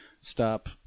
Stop